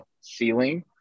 ceiling